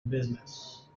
business